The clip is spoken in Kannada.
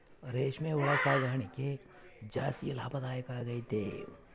ರೇಷ್ಮೆ ಹುಳು ಸಾಕಣೆ ಜಾಸ್ತಿ ಲಾಭದಾಯ ಆಗೈತೆ